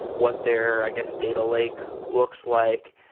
what their, i guess, data lake looks like?